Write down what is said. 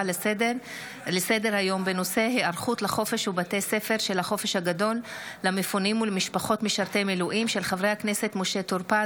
לסדר-היום בהצעתם של חברי הכנסת משה טור פז,